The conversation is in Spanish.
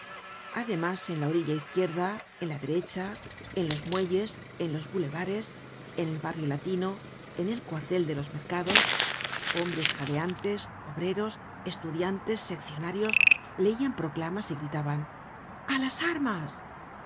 además en la orilla izquierda en la derecha en los muelles en los boulevares en el barrio latino en el cuartel de los mercados hombres jadeantes obreros estudiantes seccionanos leian proclamas y gritaban alas armas